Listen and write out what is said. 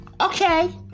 Okay